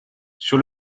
sur